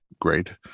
great